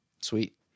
Sweet